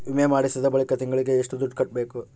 ವಿಮೆ ಮಾಡಿಸಿದ ಬಳಿಕ ತಿಂಗಳಿಗೆ ಎಷ್ಟು ದುಡ್ಡು ಕಟ್ಟಬೇಕು?